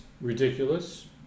ridiculous